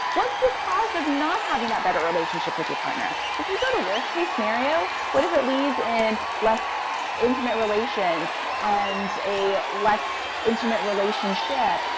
what's the cost of not having that better relationship with your partner? if we go to a worst case scenario, what if it leads in less intimate relations and a less intimate relationship,